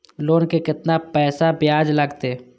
Loan के केतना पैसा ब्याज लागते?